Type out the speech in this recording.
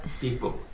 people